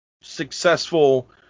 successful